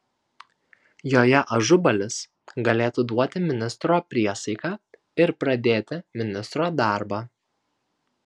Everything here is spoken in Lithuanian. joje ažubalis galėtų duoti ministro priesaiką ir pradėti ministro darbą